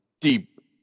deep